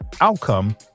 outcome